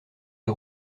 les